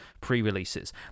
pre-releases